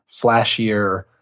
flashier